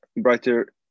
Brighter